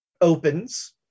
opens